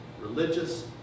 religious